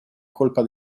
colpa